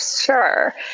sure